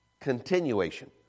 Continuation